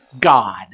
God